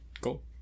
Cool